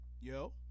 Yo